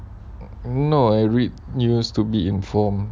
no I read news to be informed